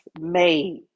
made